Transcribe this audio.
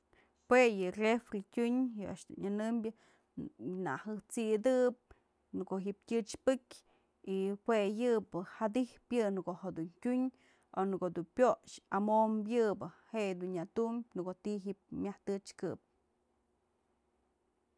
Jue yë refri tyum, yë a'ax dun nyënëmbyë na jëj t'sidëp, në ko'o ji'ib tyëch pëk y jue yëbë jadip yë në ko'o jedun tyun, o në ko'o dun pyox amompë yë bë, je'e dun nyëtum ko'o tun ti'i jip myaj tëchkëp.